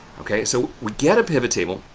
okay? so, we get a pivot table